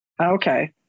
Okay